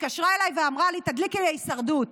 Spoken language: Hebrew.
ואמרה לי: תדליקי, הישרדות,